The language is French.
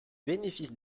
bénéfices